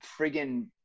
friggin